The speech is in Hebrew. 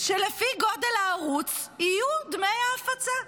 שלפי גודל הערוץ יהיו דמי ההפצה.